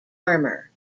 armour